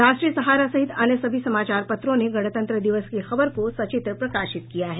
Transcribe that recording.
राष्ट्रीय सहारा सहित अन्य सभी समाचार पत्रों ने गणतंत्र दिवस की खबर को सचित्र प्रकाशित किया है